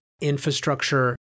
infrastructure